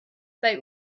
bei